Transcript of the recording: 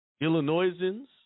Illinoisans